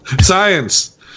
Science